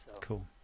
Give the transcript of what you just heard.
Cool